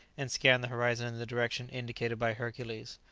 and scanned the horizon in the direction indicated by hercules.